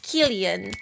Killian